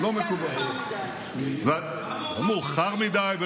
מעט מדי, מאוחר מדי.